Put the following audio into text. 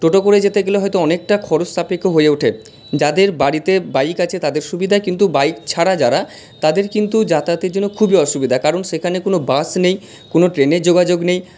টোটো করে যেতে গেলে হয়তো অনেকটা খরচ সাপেক্ষ হয়ে ওঠে যাদের বাড়িতে বাইক আছে তাদের সুবিধা কিন্তু বাইক ছাড়া যারা তাদের কিন্তু যাতায়াতের জন্য খুবই অসুবিধা কারণ সেখানে কোনো বাস নেই কোনো ট্রেনের যোগাযোগ নেই